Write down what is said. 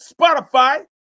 Spotify